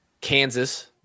Kansas